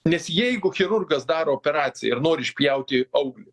nes jeigu chirurgas daro operaciją ir nori išpjauti auglį